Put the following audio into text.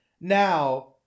now